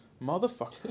motherfucker